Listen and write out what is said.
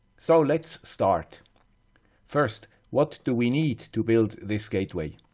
so, let's start first what do we need to build this gateway?